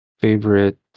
favorite